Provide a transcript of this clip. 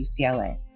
UCLA